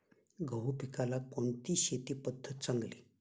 गहू पिकाला कोणती शेती पद्धत चांगली?